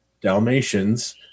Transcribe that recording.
Dalmatians